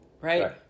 Right